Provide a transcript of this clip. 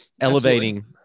elevating